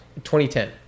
2010